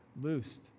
loosed